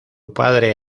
padre